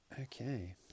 Okay